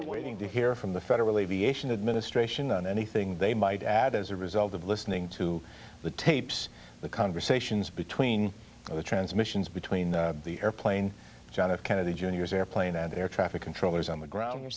time waiting to hear from the federal aviation administration on anything they might add as a result of listening to the tapes the conversations between the transmissions between the airplane john f kennedy jr is airplane and air traffic controllers on the ground your